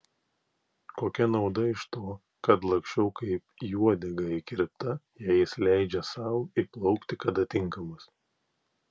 kokia nauda iš to kad laksčiau kaip į uodegą įkirpta jei jis leidžia sau įplaukti kada tinkamas